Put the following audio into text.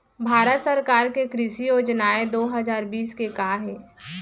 भारत सरकार के कृषि योजनाएं दो हजार बीस के का हे?